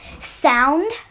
sound